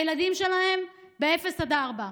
הילדים שלהם, באפס עד ארבע,